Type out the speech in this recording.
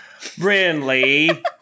Brinley